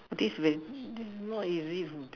this very this is not easy for them